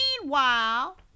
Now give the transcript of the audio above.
meanwhile